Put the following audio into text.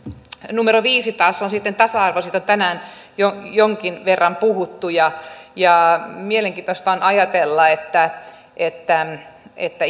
numero viisi taas on sitten tasa arvo siitä on tänään jo jonkin verran puhuttu mielenkiintoista on ajatella että että